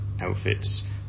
outfits